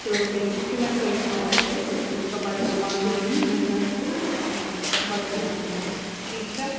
تہٕ بیٚیہِ یُس تہِ مےٚ یِہَے کٲم تھٲووٕ تُہۍ کٔرِو سۄ بَڈٕ ایٖمانٛدٲری محنت تہٕ آ بَڈٕ دیانہٕ سان ٹھیٖک چھا